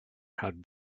had